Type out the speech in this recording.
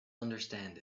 understand